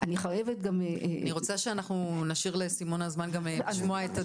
אני רוצה שאנחנו נשאיר לסימונה זמן גם לשמוע את הדוח.